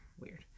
weird